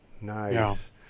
nice